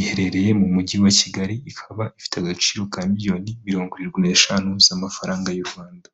iherereye mu Mujyi wa Kigali ikaba ifite agaciro ka miliyoni mirongo irindwi n'eshanu z'amafaranga y'u Rwanda.